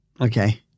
okay